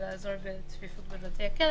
עשו את זה בין היתר כדי לעזור לצפיפות בבתי הכלא,